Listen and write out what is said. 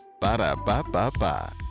Ba-da-ba-ba-ba